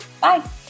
Bye